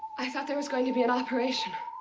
i thought there was going to be an operation.